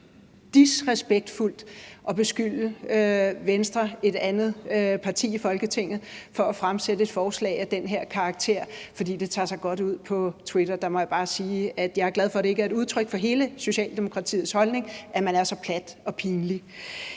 disrespektfuldt beskylde Venstre, et andet parti i Folketinget, for at fremsætte et forslag af den her karakter, fordi det tager sig godt ud på Twitter. Der må jeg bare sige, at jeg er glad for, at det ikke er et udtryk for hele Socialdemokratiets holdning, at man er så plat og pinlig.